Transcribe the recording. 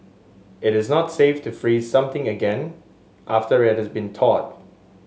it is not safe to freeze something again after it has been thawed